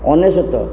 ଅନେଶୋତ